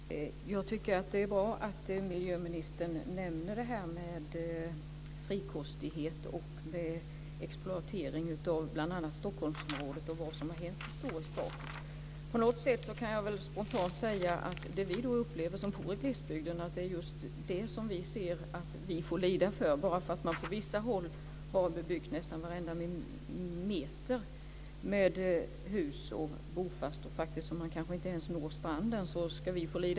Fru talman! Jag tycker att det är bra att miljöministern nämner denna frikostighet och exploatering av bl.a. Stockholmsområdet och vad som har hänt historiskt. Jag kan spontant säga att det som vi som bor i glesbygden upplever är att vi får lida för att man på vissa håll har bebyggt nästan varenda meter med bostäder och att man kanske inte ens når stranden.